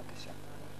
בבקשה.